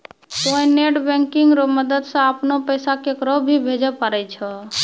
तोंय net banking रो मदद से अपनो पैसा केकरो भी भेजै पारै छहो